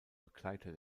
begleiter